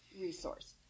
resource